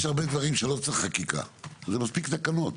יש הרבה דברים שלא צריך חקיקה, ומספיק תקנות.